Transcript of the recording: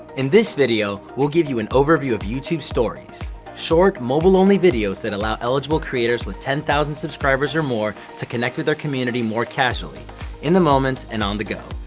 in this video, we'll give you an overview of youtube stories short, mobile-only videos that allow eligible creators with ten thousand subscribers or more to connect with their community more casually in the moment and on the go.